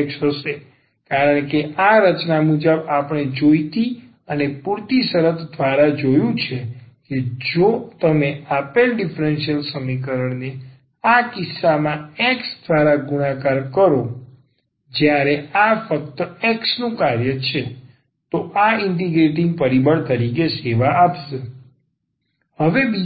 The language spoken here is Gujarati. efxdxહશે કારણ કે આ રચના મુજબ આપણે જોઈતી અને પૂરતી શરત દ્વારા જોયું છે કે જો તમે આપેલ ડીફરન્સીયલ સમીકરણને આ કિસ્સામાં x દ્વારા ગુણાકાર કરો જ્યારે આ ફક્ત x નું કાર્ય છે તો આ ઇન્ટિગરેટિંગ પરિબળ તરીકે સેવા આપશે